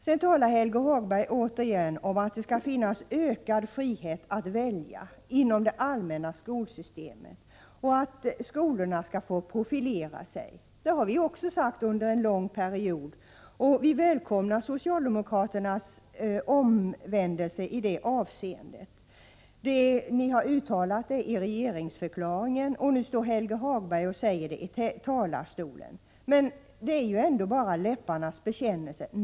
Sedan talar Helge Hagberg återigen om att det skall finnas ökad frihet att välja inom det allmänna skolsystemet och att skolorna skall få profilera sig. Det har vi också sagt under en lång period, och vi välkomnar socialdemokraternas omvändelse i det avseendet. Ni har uttalat detta i regeringsförklaringen, och nu säger Helge Hagberg det från talarstolen. Men det är ju ändå bara läpparnas bekännelse.